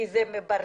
כי זה מברזל,